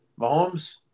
Mahomes –